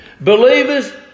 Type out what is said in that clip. Believers